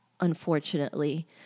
unfortunately